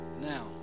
Now